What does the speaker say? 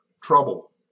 trouble